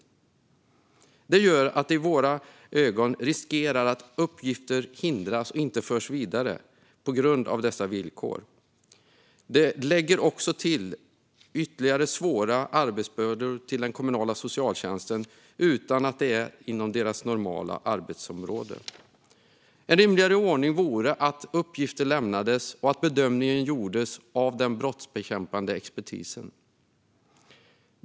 I våra ögon riskerar dessa villkor att leda till att uppgifter hindras från att föras vidare. Det lägger också ytterligare svåra arbetsbördor på den kommunala socialtjänsten. Det är arbetsuppgifter som är utanför dess normala arbetsområde. En rimligare ordning vore att uppgifter lämnas och att bedömning görs av den brottsbekämpande expertisen.